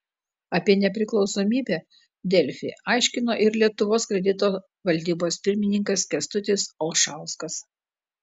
apie nepriklausomybę delfi aiškino ir lietuvos kredito valdybos pirmininkas kęstutis olšauskas